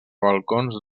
balcons